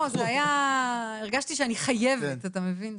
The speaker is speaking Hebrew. לא, זה היה, הרגשתי שאני חייבת, אתה מבין?